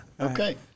Okay